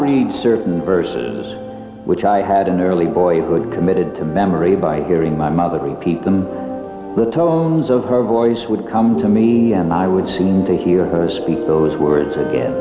read certain verses which i had an early boyhood committed to memory by hearing my mother repeat the tones of her voice would come to me and i would sing to hear her speak those words again